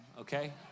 Okay